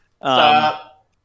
Stop